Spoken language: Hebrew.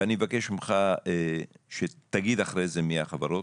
ואני מבקש ממך שתגיד אחרי זה מי החברות,